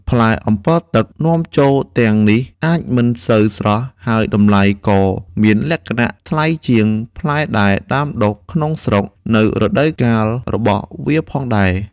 ផ្លែអម្ពិលទឹកនាំចូលទាំងនេះអាចមិនសូវស្រស់ ហើយតម្លៃក៏មានលក្ខណៈថ្លៃជាងផ្លែដែលដាំដុះក្នុងស្រុកនៅរដូវកាលរបស់វាផងដែរ។